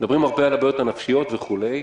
מדברים הרבה על הבעיות הנפשיות וכולי.